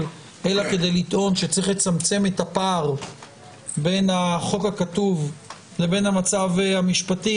אלא כדי לטעון שצריך לצמצם את הפער בין החוק הכתוב לבין המצב המשפטי,